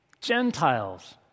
Gentiles